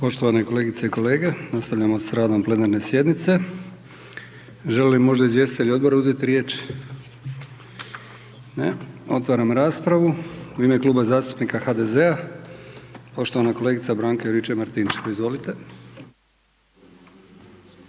Poštovane kolegice i kolege, nastavljamo s radom plenarne sjednice. Žele li možda izvjestitelji odbora uzeti riječ? Ne, otvaram raspravu. U ime Kluba zastupnika HDZ-a poštovana kolega Branka Juričev Martinčev, izvolite.